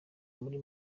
muri